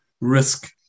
risk